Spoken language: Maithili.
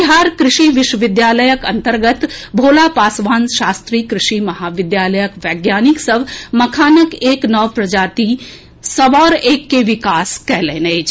बिहार कृषि विश्विद्यालयक अंतर्गत भोला पासवान शास्त्री कृषि महाविद्यालयक वैज्ञानिक सभ मखानक एक नव प्रजाति सबौर एक के विकास कएलनि अछि